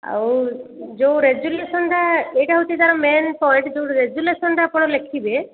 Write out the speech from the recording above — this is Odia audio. ଆଉ ଯେଉଁ ରେଜୁଲେସନ୍ଟା ଏଇଟା ହେଉଛି ତା'ର ମେନ୍ ପଏଣ୍ଟ୍ ଯେଉଁ ରେଜୁଲେସନ୍ଟା ଆପଣ ଲେଖିବେ